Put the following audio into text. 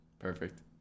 Perfect